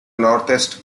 northeast